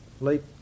Late